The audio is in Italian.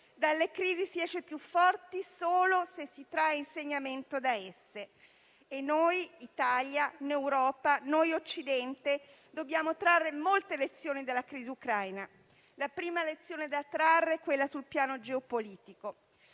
Dalle crisi si esce più forti solo se si trae insegnamento da esse e noi, Italia, Europa, noi Occidente dobbiamo trarre molte lezioni dalla crisi ucraina. La prima lezione da trarre è quella sul piano geopolitico: